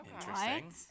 Interesting